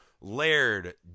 layered